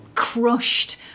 crushed